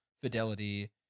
Fidelity